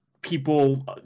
people